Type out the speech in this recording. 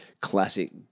classic